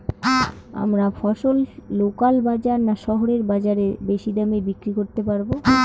আমরা ফসল লোকাল বাজার না শহরের বাজারে বেশি দামে বিক্রি করতে পারবো?